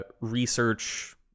research